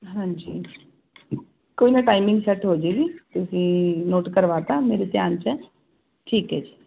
ਹਾਂਜੀ ਕੋਈ ਨਾ ਟਾਈਮਿੰਗ ਸੈਟ ਹੋਜੇਗੀ ਤੁਸੀਂ ਨੋਟ ਕਰਵਾ ਤਾਂ ਮੇਰੇ ਧਿਆਨ 'ਚ ਠੀਕ ਹੈ ਜੀ